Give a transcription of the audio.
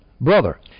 Brother